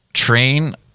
train